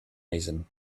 reason